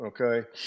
Okay